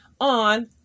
on